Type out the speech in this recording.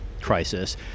crisis